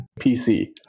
PC